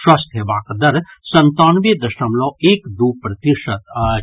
स्वस्थ हेबाक दर संतानवे दशमलव एक दू प्रतिशत अछि